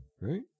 right